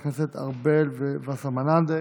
של חברי הכנסת ארבל ווסרמן לנדה.